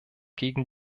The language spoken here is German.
gegen